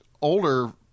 older